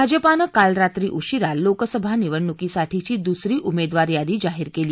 भाजपानं काल रात्री उशीरा लोकसभा निवडणुकीसाठीची दुसरी उमद्ववार यादी जाहीर कल्ली